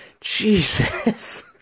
jesus